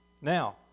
Now